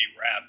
rap